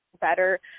better